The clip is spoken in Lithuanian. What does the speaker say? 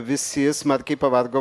visi smarkiai pavargo